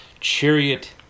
Chariot